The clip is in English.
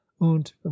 und